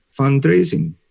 fundraising